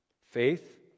faith